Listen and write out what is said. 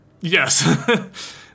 Yes